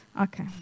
Okay